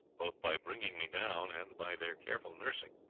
both by bringing me down and by their careful nursing,